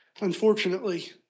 unfortunately